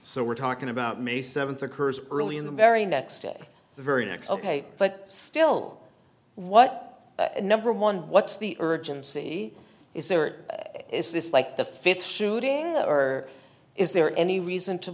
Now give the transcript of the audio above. so we're talking about may seventh occurs early in the very next day the very next ok but still what number one what's the urgency is there is this like the fifth shooting or is there any reason to